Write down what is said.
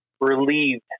relieved